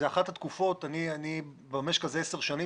זו אחת התקופות אני במשק הזה 10 שנים